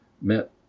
met